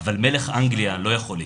אבל מלך אנגליה לא יכול להיכנס.